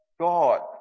God